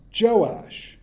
Joash